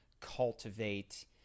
cultivate